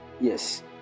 yes